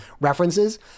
references